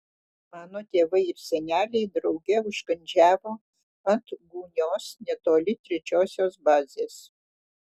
mano tėvai ir seneliai drauge užkandžiavo ant gūnios netoli trečiosios bazės